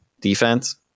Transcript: defense